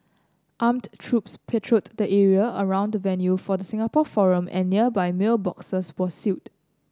armed troops patrolled the area around the venue for the Singapore forum and nearby mailboxes were sealed